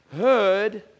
heard